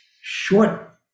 short